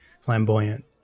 flamboyant